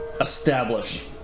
establish